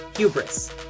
Hubris